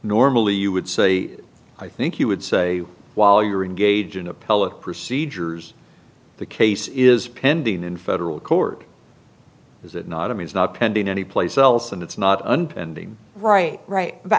normally you would say i think you would say while you're engaged in appellate procedures the case is pending in federal court is it not a me it's not pending any place else and it's not unbending right right